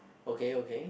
okay okay